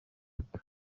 gato